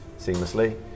seamlessly